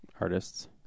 artists